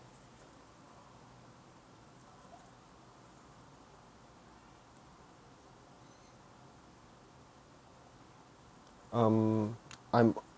um I'm